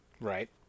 Right